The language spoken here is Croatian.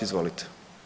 Izvolite.